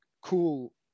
cool